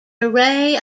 array